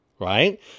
right